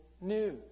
news